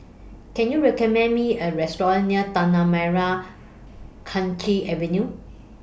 Can YOU recommend Me A Restaurant near Tanah Merah Kechil Avenue